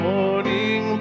Morning